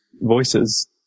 voices